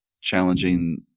challenging